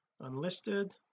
unlisted